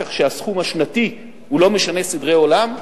כך שהסכום השנתי לא משנה סדרי עולם,